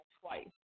twice